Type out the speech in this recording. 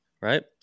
right